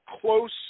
close